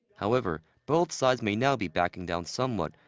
however. both sides may now be backing down somewhat.